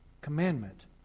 commandment